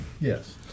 Yes